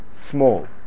small